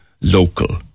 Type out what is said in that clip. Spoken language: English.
local